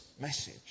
message